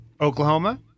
Oklahoma